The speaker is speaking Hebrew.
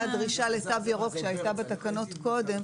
זו הדרישה לתו ירוק שהייתה בתקנות קודם,